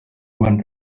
went